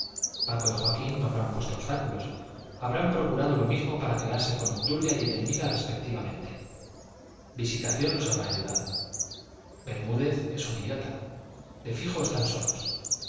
paco y joaquín no habrán puesto obstáculos habrán procurado lo mismo para quedarse con obdulia y edelmira respectivamente visitación los habrá ayudado bermúdez es un idiota de fijo están solos